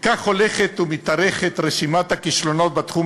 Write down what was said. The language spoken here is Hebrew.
וכך הולכת ומתארכת רשימת הכישלונות בתחום